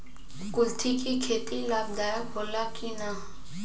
कुलथी के खेती लाभदायक होला कि न?